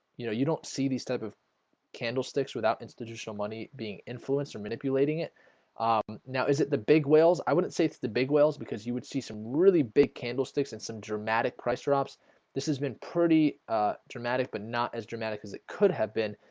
you know you don't see these type of candlesticks without institutional money being influenced or manipulating it um now is it the big whales? i wouldn't say it's the big whales because you would see some really big candlesticks and some dramatic price drops this has been pretty dramatic but not as dramatic as it could have been